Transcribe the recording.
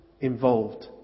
involved